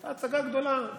עשתה הצגה גדולה,